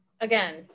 again